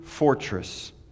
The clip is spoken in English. fortress